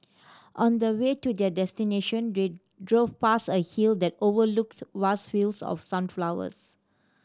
on the way to their destination they drove past a hill that overlooked vast fields of sunflowers